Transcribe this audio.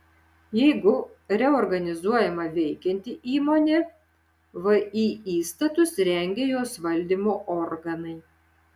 jeigu reorganizuojama veikianti įmonė vį įstatus rengia jos valdymo organai